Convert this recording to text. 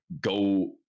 go